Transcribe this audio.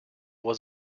has